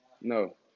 No